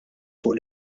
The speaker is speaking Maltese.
fuq